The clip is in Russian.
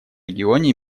регионе